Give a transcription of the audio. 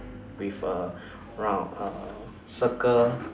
with a round uh circle